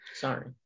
Sorry